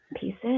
Pieces